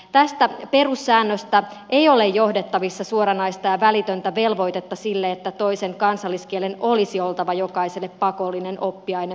tästä perussäännöstä ei ole johdettavissa suoranaista ja välitöntä velvoitetta sille että toisen kansalliskielen olisi oltava jokaiselle pakollinen oppiaine perusopetuksessa